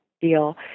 deal